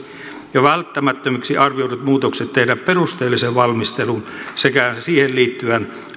ja välttämättömiksi arvioidut muutokset tehdä perusteellisen valmistelun sekä siihen liittyvän